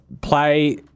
play